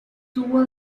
tubo